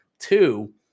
Two